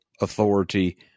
authority